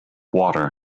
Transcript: water